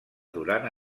durant